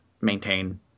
maintain